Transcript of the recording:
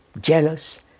jealous